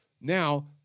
now